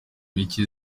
micye